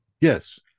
yes